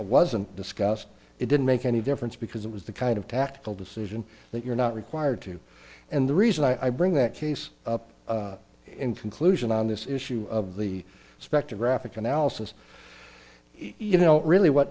wasn't discussed it didn't make any difference because it was the kind of tactical decision that you're not required to and the reason i bring that case up in conclusion on this issue of the spectrographic analysis you know really what